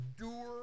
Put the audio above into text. endure